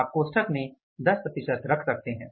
आप कोष्ठक में 10 रख सकते है